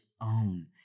own